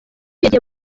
yagiye